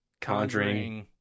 Conjuring